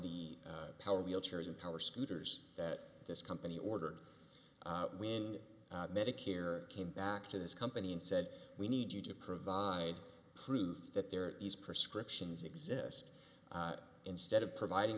the power wheelchairs and power scooters that this company ordered when medicare came back to this company and said we need you to provide proof that there are these prescriptions exist instead of providing